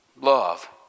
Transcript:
love